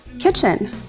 Kitchen